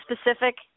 specific